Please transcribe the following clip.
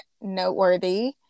noteworthy